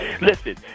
Listen